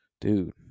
dude